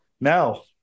No